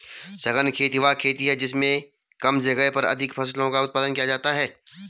सघन खेती वह खेती है जिसमें कम जगह पर अधिक फसलों का उत्पादन किया जाता है